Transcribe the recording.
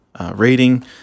rating